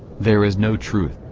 there is no truth.